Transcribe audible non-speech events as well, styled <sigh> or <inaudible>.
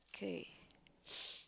okay <noise>